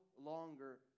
longer